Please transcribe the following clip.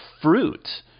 fruit